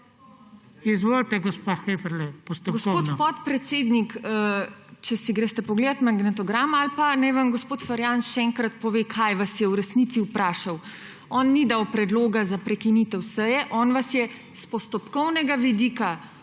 Izvolite, gospa Heferle, postopkovno.